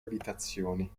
abitazioni